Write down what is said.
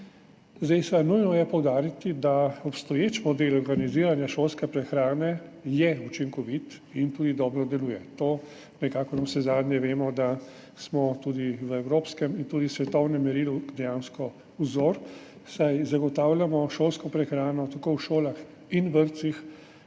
Seveda je nujno poudariti, da je obstoječ model organiziranja šolske prehrane učinkovit in tudi dobro deluje, navsezadnje vemo, da smo v evropskem in tudi v svetovnem merilu dejansko vzor, saj zagotavljamo šolsko prehrano tako v šolah kot vrtcih